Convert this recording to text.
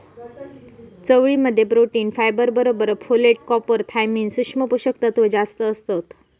चवळी मध्ये protein, fibre बरोबर फोलेट, कॉपर, थायमिन, सुक्ष्म पोषक तत्त्व जास्तं असतत